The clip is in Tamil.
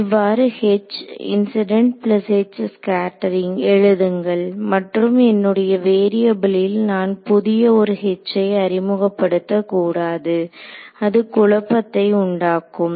இவ்வாறு எழுதுங்கள் மற்றும் என்னுடைய வேரியபுபுளில் நான் புதிய ஒரு H ஐ அறிமுகப்படுத்தக் கூடாது அது குழப்பத்தை உண்டாகும்